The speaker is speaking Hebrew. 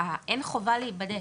אין חובה להיבדק.